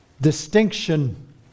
distinction